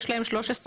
יש להם 13.8,